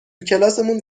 کلاسمون